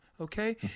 okay